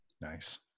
Nice